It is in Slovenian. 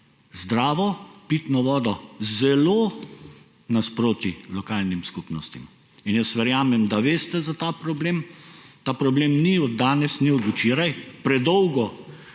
zdravo pitno vodo, zelo naproti lokalnim skupnostim? Jaz verjamem, da veste za ta problem. Ta problem ni od danes, ne od včeraj. Predolgo